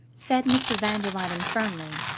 said mr. van der luyden firmly.